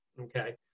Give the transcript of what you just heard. okay